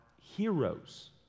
heroes